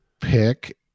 pick